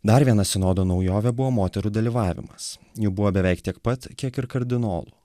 dar viena sinodo naujovė buvo moterų dalyvavimas jų buvo beveik tiek pat kiek ir kardinolų